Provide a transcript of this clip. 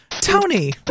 Tony